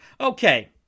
Okay